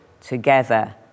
together